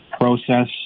process